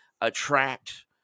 attract